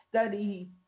study